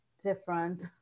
different